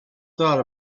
thought